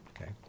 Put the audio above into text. Okay